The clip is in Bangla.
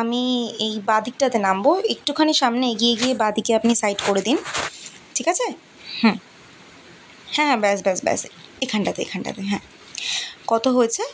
আমি এই বাঁদিকটাতে নামব একটুখানি সামনে এগিয়ে গিয়ে বাঁদিকে আপনি সাইড করে দিন ঠিক আছে হুম হ্যাঁ হ্যাঁ ব্যাস ব্যাস ব্যাস এখানটাতে এখানটাতে হ্যাঁ কত হয়েছে